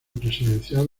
presidencial